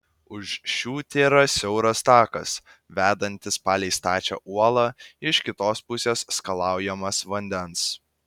už šių tėra siauras takas vedantis palei stačią uolą iš kitos pusės skalaujamas vandens